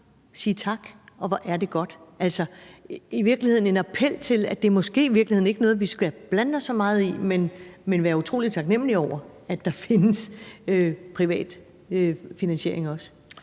sige: Tak, hvor er det godt? Altså, er det i virkeligheden en appel til, at det måske ikke er noget, vi skal blande os så meget i, men være utrolig taknemlige over, altså at der også findes privat finansiering? Kl.